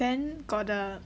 then got the